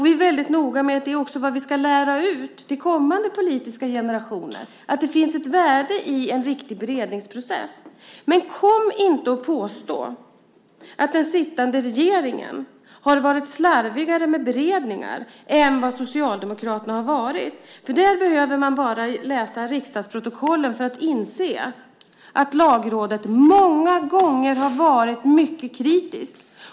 Vi är mycket noga med att också lära ut det till kommande politiska generationer, alltså att det finns ett värde i en riktig beredningsprocess. Kom inte och påstå att den sittande regeringen varit slarvigare med beredningar än vad Socialdemokraterna varit. Man behöver bara läsa riksdagsprotokollen för att inse att Lagrådet många gånger varit mycket kritiskt.